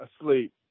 Asleep